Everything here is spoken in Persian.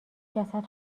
جسد